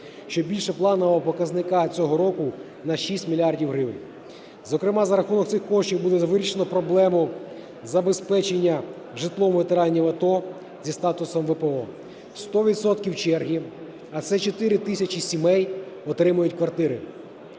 що більше планового показника цього року на 6 мільярдів гривень. Зокрема, за рахунок цих коштів буде вирішено проблему забезпечення житлом ветеранів АТО зі статусом ВПО. Сто відсотків черги, а це 4 тисячі сімей, отримають квартири.